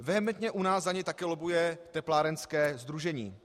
Vehementně u nás za něj také lobbuje teplárenské sdružení.